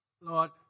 Lord